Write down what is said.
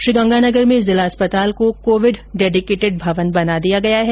श्रीगंगानगर में जिला अस्पताल को कोविड डेडिकेटेड भवन बना दिया गया है